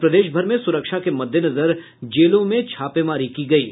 और प्रदेशभर में सुरक्षा के मद्देनजर जेलों में छापेमारी की गयी